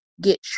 get